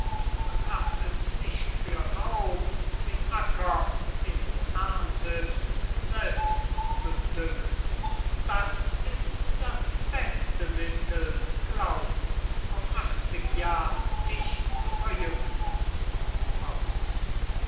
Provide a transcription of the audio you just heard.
und acht es nicht für raub den acker den du ärndest selbst zu düngen das ist das beste mittel glaub auf achtzig jahr dich zu verjüngen das